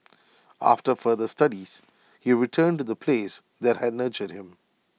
after further studies he returned to the place that had nurtured him